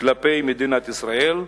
כלפי מדינת ישראל,